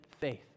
faith